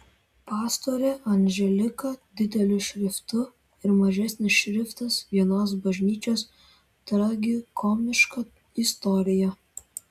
pastorė anželika dideliu šriftu ir mažesnis šriftas vienos bažnyčios tragikomiška istorija